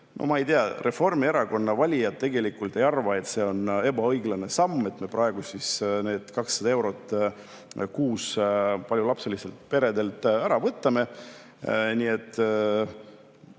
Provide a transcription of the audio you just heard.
ma ei tea: Reformierakonna valijad tegelikult ei arva, et see on ebaõiglane samm, et me praegu need 200 eurot kuus paljulapselistelt peredelt ära võtame.